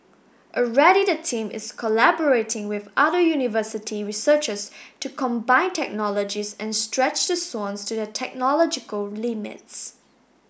already the team is collaborating with other university researchers to combine technologies and stretch the swans to their technological limits